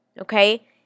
Okay